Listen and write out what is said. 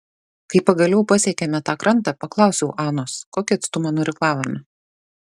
kai pagaliau pasiekėme tą krantą paklausiau anos kokį atstumą nuirklavome